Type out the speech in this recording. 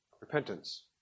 Repentance